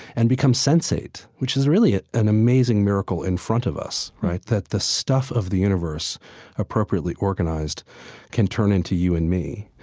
and become sensate, which is really an amazing miracle in front of us, right? that the stuff of the universe appropriately organized can turn into you and me.